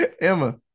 Emma